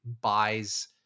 buys